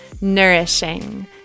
nourishing